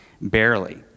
barely